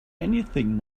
anything